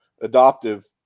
adoptive